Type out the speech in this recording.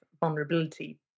vulnerability